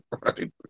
Right